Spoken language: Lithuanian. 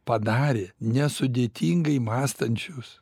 padarė nesudėtingai mąstančius